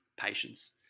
patience